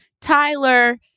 Tyler